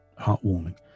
heartwarming